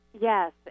Yes